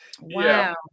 Wow